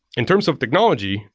in terms of technology,